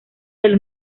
del